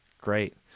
Great